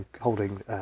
holding